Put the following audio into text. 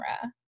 camera